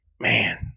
man